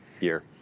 year